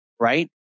right